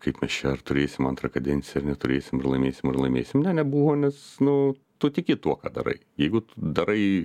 kaip mes čia ar turėsim antrą kadenciją ar neturėsime ar laimėsim ar laimėsim ne nebuvo nes nu tu tiki tuo ką darai jeigu tu darai